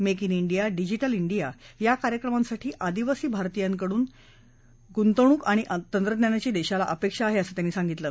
make in India digital India या कार्यक्रमांसाठी अनिवासी भारतीयांकडून गुंतवणूक आणि तंत्रज्ञानाची देशाला अपेक्षा आहे असं त्यांनी सांगितलं